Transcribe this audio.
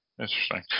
Interesting